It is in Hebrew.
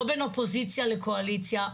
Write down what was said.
לא בין אופוזיציה לקואליציה,